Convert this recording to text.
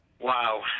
Wow